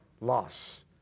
loss